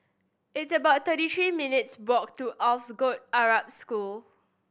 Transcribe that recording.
it's about thirty three minutes' walk to Alsagoff Arab School